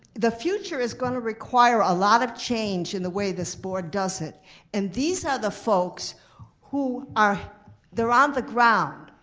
the future is gonna require a lot of change in the way this board does it and these are the folks who they're on the ground,